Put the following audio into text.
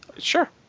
Sure